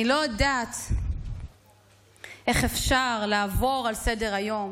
אני לא יודעת איך אפשר לעבור לסדר-היום